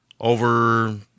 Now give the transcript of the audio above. over